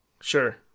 Sure